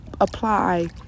apply